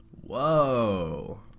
Whoa